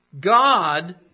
God